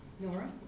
Nora